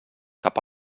cap